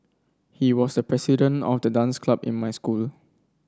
he was the president of the dance club in my school